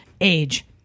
age